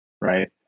right